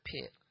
pit